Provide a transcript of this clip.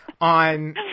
on